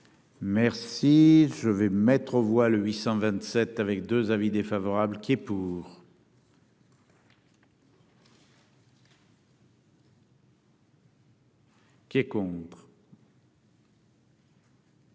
Merci, je vais mettre aux voix le 827 avec 2 avis défavorable qui est pour. Qui est contre.